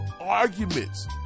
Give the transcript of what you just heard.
arguments